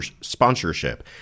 sponsorship